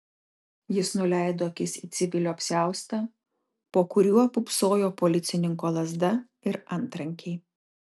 jis nuleido akis į civilio apsiaustą po kuriuo pūpsojo policininko lazda ir antrankiai